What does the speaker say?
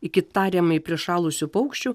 iki tariamai prišalusių paukščių